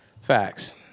Facts